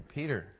Peter